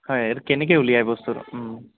হয় এইটো কেনেকৈ উলিয়াই বস্তুটো